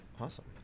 Awesome